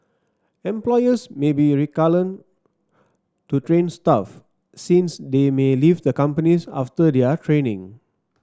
employers may be reluctant to train staff since they may leave the companies after their training